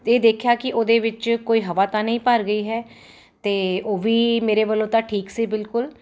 ਅਤੇ ਦੇਖਿਆ ਕਿ ਉਹਦੇ ਵਿੱਚ ਕੋਈ ਹਵਾ ਤਾਂ ਨਹੀਂ ਭਰ ਗਈ ਹੈ ਅਤੇ ਉਹ ਵੀ ਮੇਰੇ ਵੱਲੋਂ ਤਾਂ ਠੀਕ ਸੀ ਬਿਲਕੁਲ